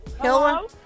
hello